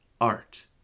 Art